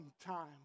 time